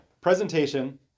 Presentation